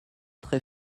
très